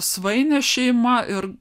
svainės šeima ir